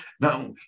Now